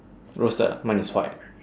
roasted ah mine is white